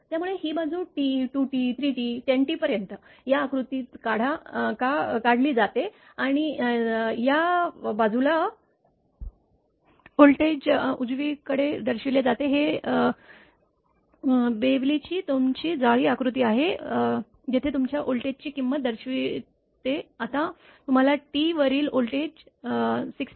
त्यामुळे ही बाजू T 2T 3T 10T पर्यंत या आकृतीत ढली जाते आणि या बाजूला व्होल्टेज उजवीकडे दर्शविले जाते हे बेवलीची तुमची जाळी आकृती आहे जेथे तुमच्या व्होल्टची किंमत दर्शविते आता तुम्हाला टी वरील व्होल्टेज 6